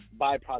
byproduct